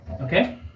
Okay